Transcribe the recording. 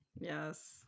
Yes